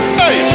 hey